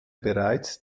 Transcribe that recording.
bereits